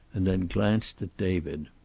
and then glanced at david.